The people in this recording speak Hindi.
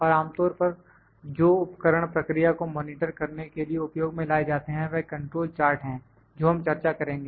और आमतौर पर जो उपकरण प्रक्रिया को मॉनिटर करने के लिए उपयोग मैं लाए जाते हैं वह कंट्रोल चार्ट हैं जो हम चर्चा करेंगे